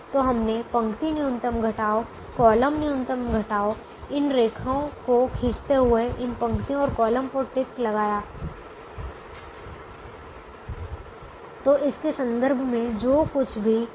तो हमने पंक्ति न्यूनतम घटाव कॉलम न्यूनतम घटाव इन रेखाओं को खींचते हुए इन पंक्तियों और कॉलम पर टिक लगाया तो इसके संदर्भ में जो कुछ भी किया